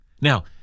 Now